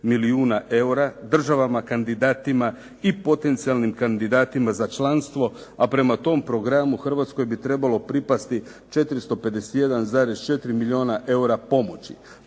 milijuna eura državama kandidatima i potencijalnim kandidatima za članstvo, a prema tom programu Hrvatskoj bi trebalo pripasti 451,4 milijuna eura pomoći.